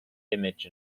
image